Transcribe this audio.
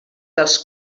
dels